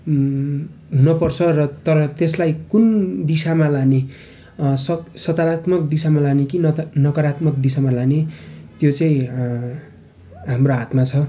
हुनपर्छ र तर त्यसलाई कुन दिशामा लाने सक सकारात्माक दिशामा लाने कि नक नकारात्मक दिशामा लाने त्यो चाहिँ हाम्रो हातमा छ